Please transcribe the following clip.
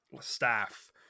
staff